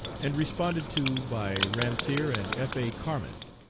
and responded to by ransier and f. a. carmand.